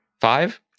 Five